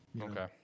Okay